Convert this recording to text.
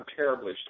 terribly